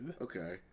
Okay